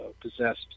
possessed